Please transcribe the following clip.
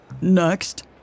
Next